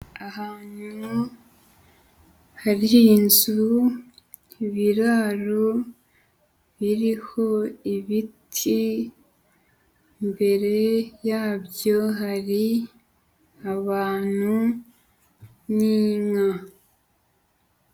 Ahantu hari inzu, ibirararo biriho ibiti, imbere yabyo hari abantu n'inka.